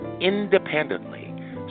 independently